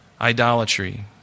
Idolatry